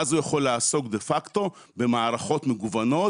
ואז הוא יכול לעסוק במערכות מגוונות